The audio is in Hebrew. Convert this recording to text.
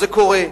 זה קורה.